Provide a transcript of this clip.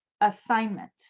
assignment